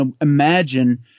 imagine